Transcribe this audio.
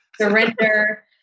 surrender